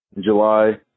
July